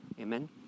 Amen